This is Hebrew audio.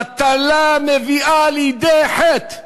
בטלה מביאה לידי חטא,